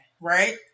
right